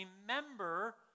remember